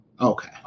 Okay